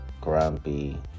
grumpy